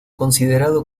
considerado